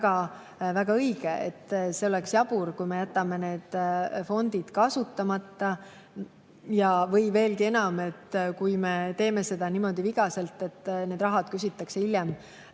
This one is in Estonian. õige. See oleks jabur, kui me jätaksime need fondid kasutamata. Või veelgi enam, kui me teeksime seda niimoodi vigaselt, et need rahad küsitakse hiljem